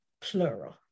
plural